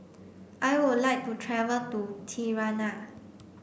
I would like to travel to Tirana